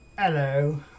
Hello